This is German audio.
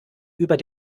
über